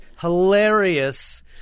hilarious